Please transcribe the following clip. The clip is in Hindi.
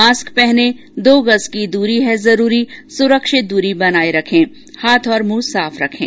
मास्क पहनें दो गज़ की दूरी है जरूरी सुरक्षित दूरी बनाए रखें हाथ और मुंह साफ रखें